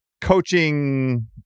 coaching